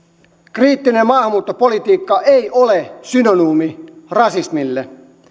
kriittinen maahanmuuttopolitiikka ei ole synonyymi rasismille